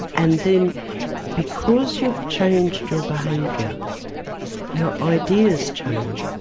and then because you've changed your behaviour your ideas change.